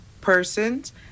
persons